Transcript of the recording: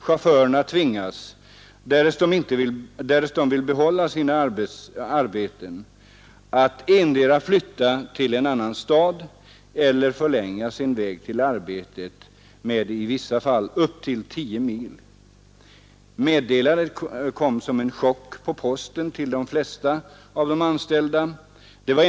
Chaufförerna tvingades, därest de ville behålla sina arbeten, att endera flytta till en annan stad eller förlänga sin väg till arbetet med i vissa fall upp till 10 mil. Meddelandet kom som en chock för de flesta av de anställda; de fick det per post.